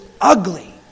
ugly